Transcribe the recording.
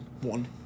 One